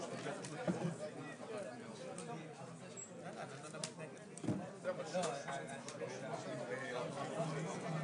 11:57.